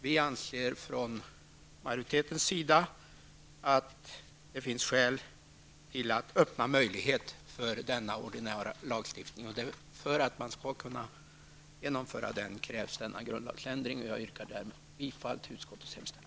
Vi i utskottsmajoriteten anser att det finns skäl att öppna möjlighet för denna lagstiftning. För att kunna genomföra den behövs nämnda grundlagsändring, och jag yrkar därför bifall till utskottets hemställan.